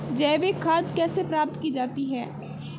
जैविक खाद कैसे प्राप्त की जाती है?